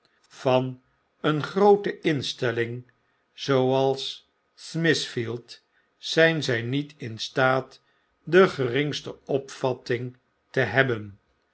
van een groote instelling zooals smithfield zp zij niet in staat de geringste opvattingte hebben